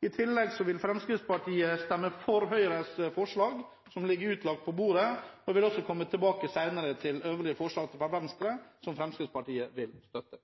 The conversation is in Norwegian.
I tillegg vil Fremskrittspartiet stemme for Høyres forslag som er utlagt på bordet. Jeg vil også komme tilbake senere til øvrige forslag fra Venstre som Fremskrittspartiet vil støtte.